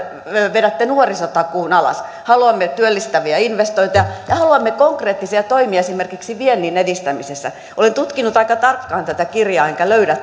vedätte nuorisotakuun alas haluamme työllistäviä investointeja ja haluamme konkreettisia toimia esimerkiksi viennin edistämisessä olen tutkinut aika tarkkaan tätä kirjaa enkä löydä